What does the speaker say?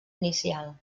inicial